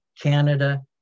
Canada